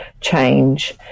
change